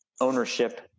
ownership